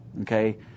Okay